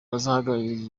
bazahagararira